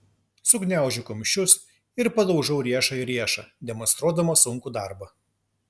sugniaužiu kumščius ir padaužau riešą į riešą demonstruodama sunkų darbą